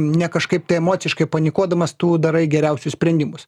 ne kažkaip tai emociškai panikuodamas tu darai geriausius sprendimus